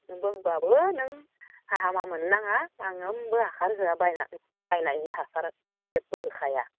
नों होमब्लाबो नों हामा मोननो नाङा आं मोनबो हासार होआ बायनायनि हासार जेबो होखाया